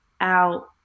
out